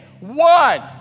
One